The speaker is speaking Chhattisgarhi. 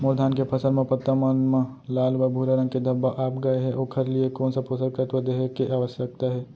मोर धान के फसल म पत्ता मन म लाल व भूरा रंग के धब्बा आप गए हे ओखर लिए कोन स पोसक तत्व देहे के आवश्यकता हे?